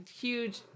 huge